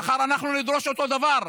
מחר אנחנו נדרוש אותו דבר.